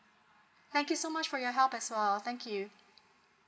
thank you so much for your help as well thank you